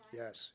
yes